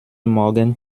morgen